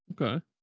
Okay